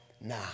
Nah